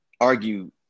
argue